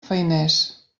feiners